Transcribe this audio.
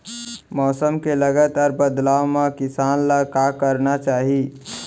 मौसम के लगातार बदलाव मा किसान ला का करना चाही?